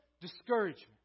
discouragement